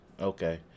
okay